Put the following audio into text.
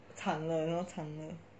惨了 you know 惨了